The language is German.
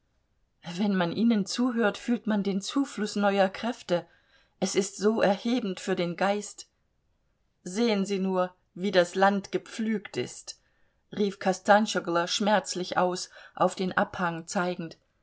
wenn man ihnen zuhört fühlt man den zufluß neuer kräfte es ist so erhebend für den geist sehen sie nur wie das land gepflügt ist rief kostanschoglo schmerzlich aus auf den abhang zeigend